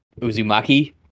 Uzumaki